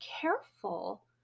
careful